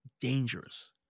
dangerous